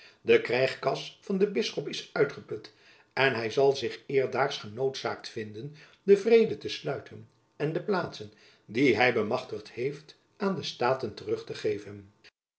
de krijgkas van den bisschop is uitgeput en hy zal zich eerstdaags genoodzaakt vinden den vrede te sluiten en de plaatsen die hy bemachtigd heeft aan de staten terug te geven